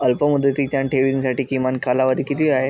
अल्पमुदतीच्या ठेवींसाठी किमान कालावधी किती आहे?